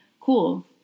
Cool